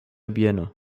bieno